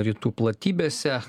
rytų platybėse